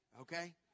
okay